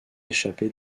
échappé